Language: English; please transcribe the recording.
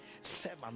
seven